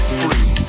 free